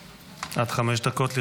גברתי, עד חמש דקות לרשותך.